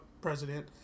president